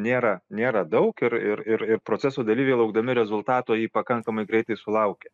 nėra nėra daug ir ir ir ir proceso dalyviai laukdami rezultato jį pakankamai greitai sulaukia